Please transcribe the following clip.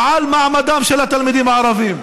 על מעמדם של התלמידים הערבים.